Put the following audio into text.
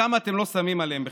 כמה אתם לא שמים עליהם בכלל.